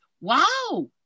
wow